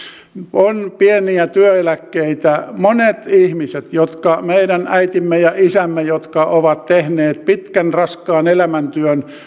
on pieniä työeläkkeitä monet ihmiset meidän äitimme ja isämme jotka ovat tehneet pitkän raskaan elämäntyön